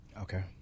Okay